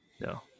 no